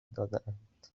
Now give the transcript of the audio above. دادهاند